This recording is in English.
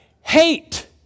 hate